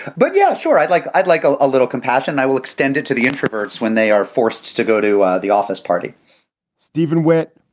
but yeah, sure, i'd like i'd like a little compassion. i will extend it to the introverts when they are forced to go to the office party steven wit,